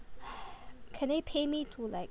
can they pay me to like